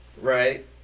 right